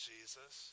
Jesus